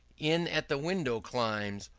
in at the window climbs,